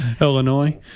Illinois